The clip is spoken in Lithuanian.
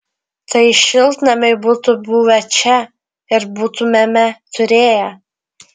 tai šiltnamiai būtų buvę čia ir būtumėme turėję